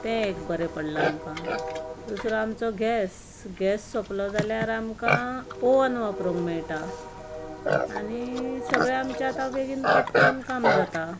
तें एक बरें पडलां आमकां दुसरो आमचो गॅस गॅस सोंपलो जाल्यार आमकां आव्हन वापरूंक मेळटा आनी सगळें आमचें आतां बेगीन पट्ट करून काम जाता